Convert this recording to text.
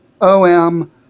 OM